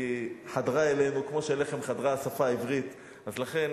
חדרה אלינו כמו שאליכם חדרה השפה העברית, אז לכן